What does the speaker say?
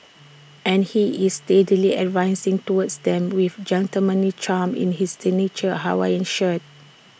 and he is steadily advancing towards them with gentlemanly charm in his signature Hawaiian shirts